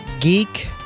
Geek